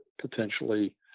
potentially